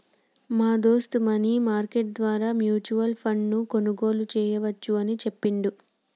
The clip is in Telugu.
మా దోస్త్ మనీ మార్కెట్ ద్వారా మ్యూచువల్ ఫండ్ ను కొనుగోలు చేయవచ్చు అని చెప్పిండు